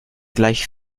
gleich